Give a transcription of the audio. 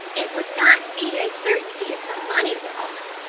it would not be a certainty if her money were on,